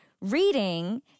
reading